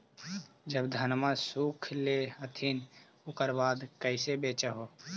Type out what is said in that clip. जब धनमा सुख ले हखिन उकर बाद कैसे बेच हो?